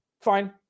Fine